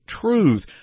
truth